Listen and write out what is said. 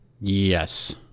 Yes